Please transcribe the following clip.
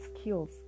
skills